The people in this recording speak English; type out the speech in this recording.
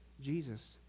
Jesus